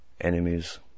Enemies